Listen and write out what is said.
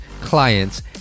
clients